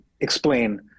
explain